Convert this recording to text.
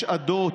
יש עדות